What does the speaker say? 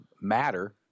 matter